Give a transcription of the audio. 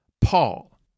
Paul